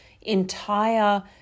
entire